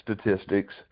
statistics